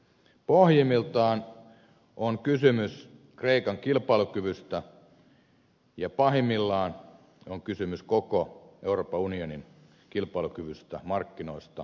pohjimmiltaan on kysymys kreikan kilpailukyvystä ja pahimmillaan on kysymys koko euroopan unionin kilpailukyvystä markkinoista ja vakaudesta